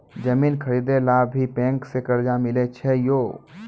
जमीन खरीदे ला भी बैंक से कर्जा मिले छै यो?